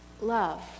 love